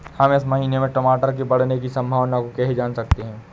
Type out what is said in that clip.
हम इस महीने में टमाटर के बढ़ने की संभावना को कैसे जान सकते हैं?